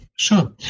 Sure